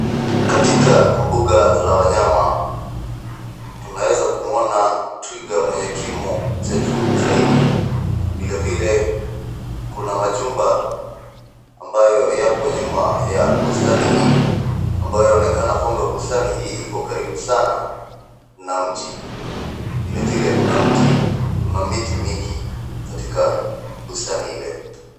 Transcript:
Katika mbuga la wanyama, tunaweza kumuona twiga mwenye kimo cha juu zaidi , vile vile kuna majumba ambayo yapo nyuma ya bustani hii, ambayo yaonekana bustani hii iko karibu sana na mji. Vile vile kuna mti kuna miti mingi katika bustani ile.